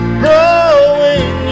growing